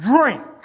drink